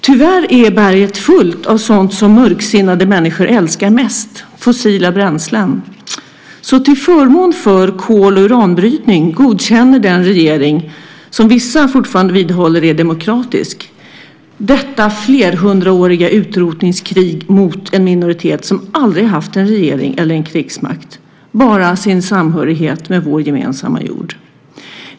Tyvärr är berget fullt av sådant som mörksinnade människor älskar mest: fossila bränslen. Till förmån för kol och uranbrytning godkänner den regering som vissa fortfarande vidhåller är demokratisk detta flerhundraåriga utrotningskrig mot en minoritet som aldrig haft en regering eller krigsmakt, bara sin samhörighet med vår gemensamma jord.